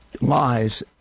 lies